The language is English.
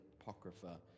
Apocrypha